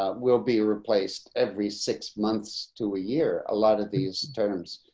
ah will be replaced every six months to a year, a lot of these terms.